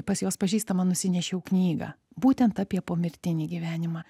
pas jos pažįstamą nusinešiau knygą būtent apie pomirtinį gyvenimą